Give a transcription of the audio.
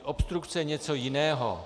Obstrukce je něco jiného.